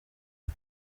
isi